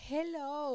Hello